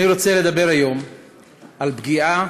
אני רוצה לדבר היום על פגיעה